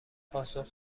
پاسخ